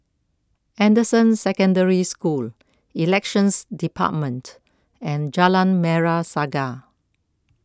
Anderson Secondary School Elections Department and Jalan Merah Saga